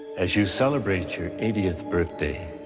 as you celebrate your eightieth birthday,